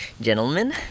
Gentlemen